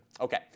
Okay